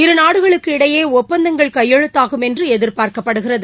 இருநாடுகளுக்கு இடையே ஒப்பந்தங்கள் கையெழுத்தாகும் என்று எதிர்பார்க்கப்படுகிறது